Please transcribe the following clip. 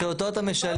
שאותו אתה משלם.